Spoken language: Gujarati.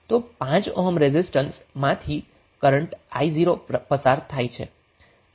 5 ઓહ્મ રેઝિસ્ટન્સમાંથી તમારો કરન્ટ i0 છે